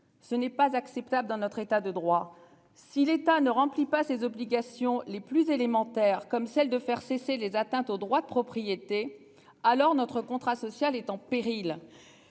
Ce n'est pas acceptable dans notre État de droit. Si l'État ne remplit pas ses obligations les plus élémentaires, comme celle de faire cesser les atteintes aux droits de propriété. Alors notre contrat social est en péril.